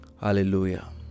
Hallelujah